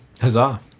Huzzah